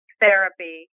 therapy